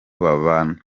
babana